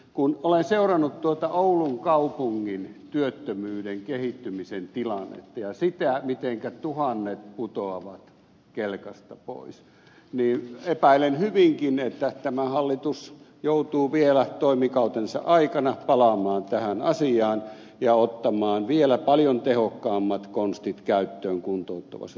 kun olen seurannut tuota oulun kaupungin työttömyyden kehittymisen tilannetta ja sitä mitenkä tuhannet putoavat kelkasta pois niin epäilen hyvinkin että tämä hallitus joutuu vielä toimikautensa aikana palaamaan tähän asiaan ja ottamaan vielä paljon tehokkaammat konstit käyttöön kuntouttavassa työtoiminnassa